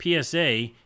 PSA